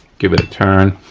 give it a turn.